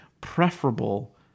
Preferable